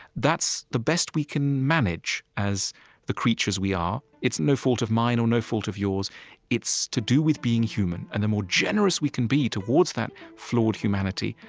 that's the best we can manage as the creatures we are. it's no fault of mine or no fault of yours it's to do with being human. and the more generous we can be towards that flawed humanity,